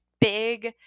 big